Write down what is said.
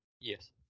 Yes